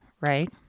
right